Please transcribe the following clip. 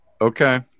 okay